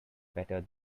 better